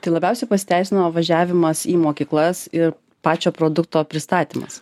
tai labiausiai pasiteisino važiavimas į mokyklas ir pačio produkto pristatymas